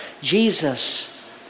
Jesus